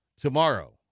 tomorrow